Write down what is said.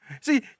See